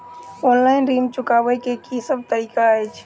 Online ऋण चुकाबै केँ की सब तरीका अछि?